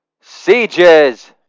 Sieges